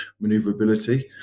maneuverability